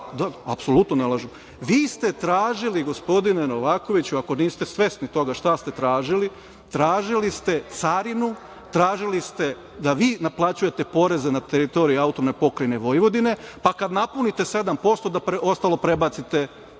lažeš?)Apsolutno ne lažem. Vi ste tražili, gospodine Novakoviću, ako niste svesni toga šta ste tražili, tražili ste carinu, tražili ste da vi naplaćujete poreze na teritoriji AP Vojvodine, pa kad napunite 7% da ostalo prebacite